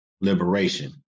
liberation